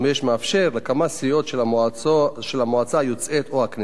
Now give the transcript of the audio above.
מאפשר לכמה סיעות של המועצה היוצאת או הנכנסת,